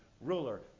ruler